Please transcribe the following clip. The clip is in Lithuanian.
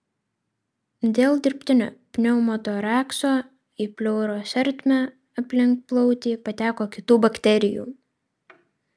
dėl dirbtinio pneumotorakso į pleuros ertmę aplink plautį pateko kitų bakterijų